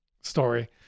story